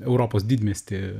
europos didmiestį